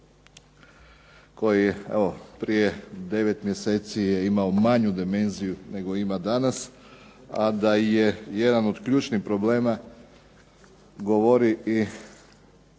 koji evo prije devet mjeseci je imao manju dimenziju nego ima danas, a da je jedan od ključnih problema govori i